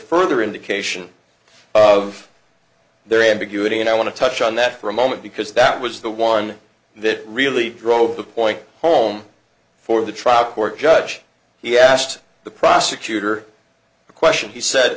further indication of their ambiguity and i want to touch on that for a moment because that was the one that really drove the point home for the trial court judge he asked the prosecutor a question he said